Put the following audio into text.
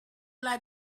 let